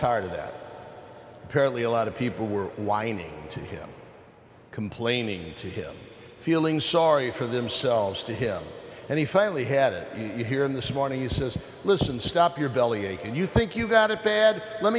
tired of that apparently a lot of people were whining to him complaining to him feeling sorry for themselves to him and he finally had it in you here in this morning he says listen stop your bellyaching you think you've got it bad let